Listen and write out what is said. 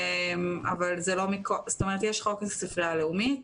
יש חוק הספרייה הלאומית,